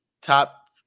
Top